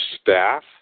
staff